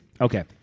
Okay